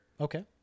Okay